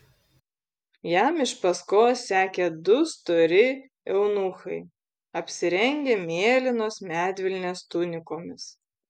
jam iš paskos sekė du stori eunuchai apsirengę mėlynos medvilnės tunikomis